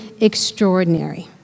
extraordinary